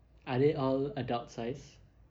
are they all adult size